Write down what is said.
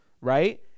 right